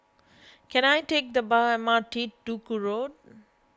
can I take the bar M R T Duku Road